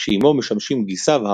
כשעמו משמשים גיסיו,